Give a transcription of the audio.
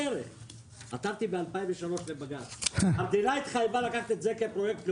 עתרתי ב-2003 לבג"ץ והמדינה התחייבה לקחת את זה כפרויקט לאומי.